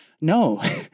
no